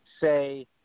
say –